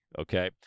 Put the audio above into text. Okay